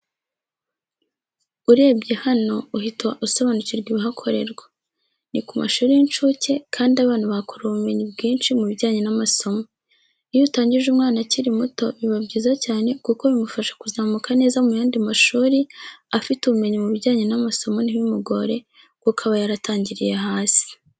Urebye hano uhita usobanukirwa ibihakorerwa ni ku mashuri y'incuke kandi abana bahakura ubumenyi bwinshi mu bijyanye n'amasomo iyo utangije umwana akiri muto biba byiza cyane kuko bimufasha kuzamuka neza mu yandi mashuri, afite ubumenyi mu bijyanye n'amasomo ntibimugore kuko aba yaratangiriye hasi.